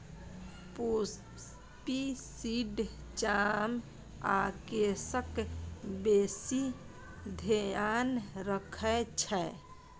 poppy seed चाम आ केसक बेसी धेआन रखै छै